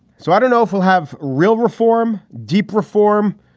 so i don't know if we'll have real reform, deep reform,